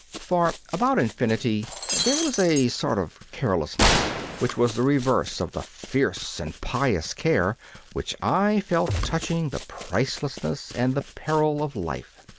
for about infinity there was a sort of carelessness which was the reverse of the fierce and pious care which i felt touching the pricelessness and the peril of life.